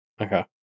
okay